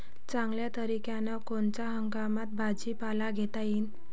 चांगल्या तरीक्यानं कोनच्या हंगामात भाजीपाला घेता येईन?